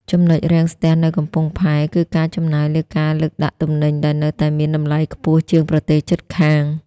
ចំណុចរាំងស្ទះនៅកំពង់ផែ គឺការចំណាយលើការលើកដាក់ទំនិញ ដែលនៅតែមានតម្លៃខ្ពស់ជាងប្រទេសជិតខាង។